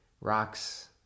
rocks